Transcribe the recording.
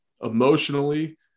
emotionally